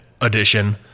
edition